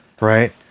right